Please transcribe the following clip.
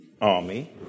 army